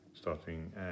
starting